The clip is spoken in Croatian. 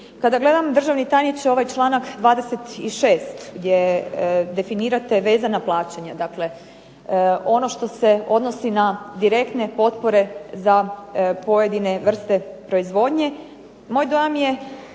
Kada gledam državni tajniče ovaj članak 26. gdje definirate vezana plaćanja. Dakle, ono što se odnosi na direktne potpore za pojedine vrste proizvodnje moj dojam je